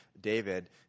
David